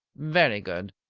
very good.